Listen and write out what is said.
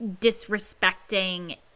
disrespecting